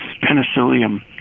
Penicillium